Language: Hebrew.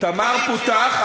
"תמר" פותח,